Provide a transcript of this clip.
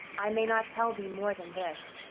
i may not tell thee more than this.